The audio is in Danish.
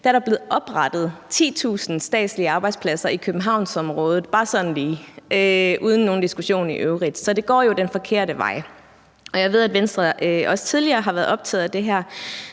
2015 er der blevet oprettet 10.000 statslige arbejdspladser i Københavnsområdet, bare sådan lige og uden nogen diskussion i øvrigt. Så det går jo den forkerte vej, og jeg ved, at Venstre også tidligere har været optaget af det her.